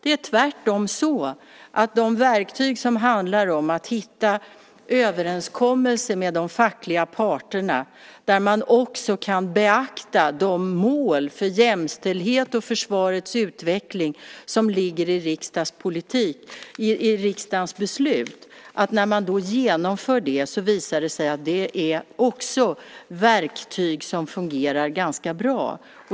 Tvärtom visar det sig att de verktyg som handlar om att hitta överenskommelser med de fackliga parterna och även beakta de mål för jämställdhet och försvarets utveckling som ligger i riksdagens beslut fungerar ganska bra. De fungerar bra när beslutet genomförs.